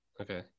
Okay